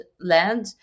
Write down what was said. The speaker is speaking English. land